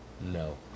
no